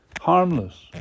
harmless